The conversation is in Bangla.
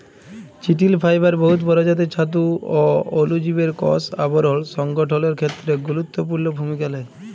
চিটিল ফাইবার বহুত পরজাতির ছাতু অ অলুজীবের কষ আবরল সংগঠলের খ্যেত্রে গুরুত্তপুর্ল ভূমিকা লেই